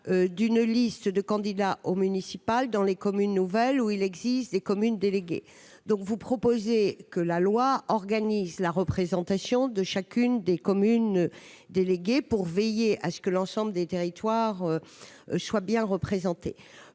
d'une liste de candidats aux municipales dans les communes nouvelles où il existe des communes déléguées donc vous proposer que la loi organise la représentation de chacune des communes déléguées pour veiller à ce que l'ensemble des territoires soit bien représentés,